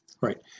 Right